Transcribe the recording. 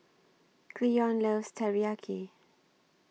Cleon loves Teriyaki